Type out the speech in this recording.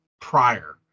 prior